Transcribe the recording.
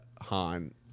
Han –